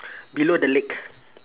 below the leg